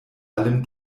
allem